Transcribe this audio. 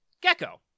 Gecko